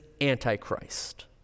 antichrist